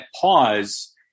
pause